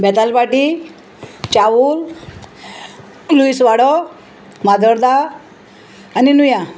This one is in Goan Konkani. बेतालबाटी चाउल लुयस वाडो माजोरदा आनी नुया